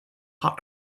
hot